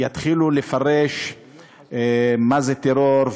שיתחילו לפרש מה זה טרור,